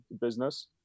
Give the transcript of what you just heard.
business